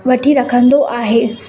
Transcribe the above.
वठी रखंदो आहे